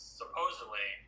supposedly